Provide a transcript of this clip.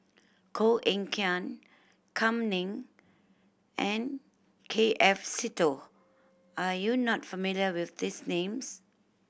Koh Eng Kian Kam Ning and K F Seetoh are you not familiar with these names